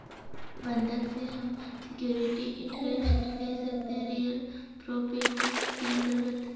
बंधक से हम सिक्योरिटी इंटरेस्ट ले सकते है रियल प्रॉपर्टीज के अंतर्गत